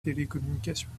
télécommunications